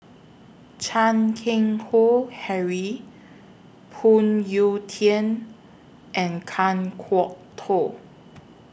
Chan Keng Howe Harry Phoon Yew Tien and Kan Kwok Toh